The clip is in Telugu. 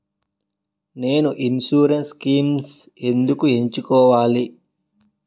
నేను ఇన్సురెన్స్ స్కీమ్స్ ఎందుకు ఎంచుకోవాలి?